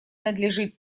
надлежит